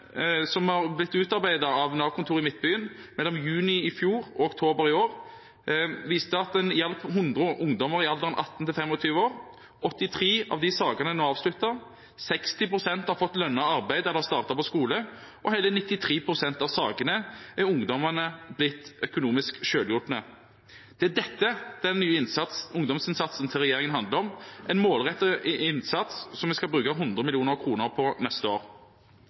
som har blitt utarbeidet av Nav Midtbyen mellom juni i fjor og oktober i år, viste at en hjalp 100 ungdommer i alderen 18–25 år. 83 av de sakene er nå avsluttet. 60 pst. har fått lønnet arbeid eller startet på skole, og i hele 93 pst. av sakene er ungdommene blitt økonomisk selvhjulpet. Det er dette denne nye ungdomsinnsatsen til regjeringen handler om: en målrettet innsats, som vi skal bruke 100 mill. kr på neste år.